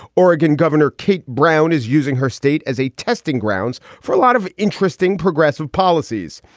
oregon governor kate brown is using her state as a testing grounds for a lot of interesting progressive policies.